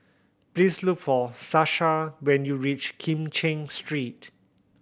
please look for Sasha when you reach Kim Cheng Street